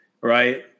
right